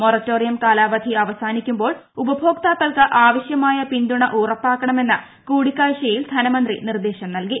moratorium കാലാവധി അവസാനിക്കുമ്പോൾ ഉപഭോക്താക്കൾക്ക് ആവശ്യമായ പിന്തുണ ഉറപ്പാക്കണമെന്ന് കൂടിക്കാഴ്ചയിൽ ധനമന്ത്രി നിർദേശം നൽകി